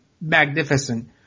magnificent